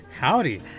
Howdy